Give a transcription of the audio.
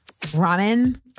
ramen